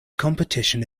competition